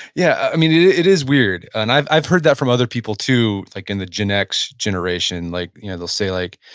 yeah it it is weird. and i've i've heard that from other people too like in the gen x generation. like you know they'll say like,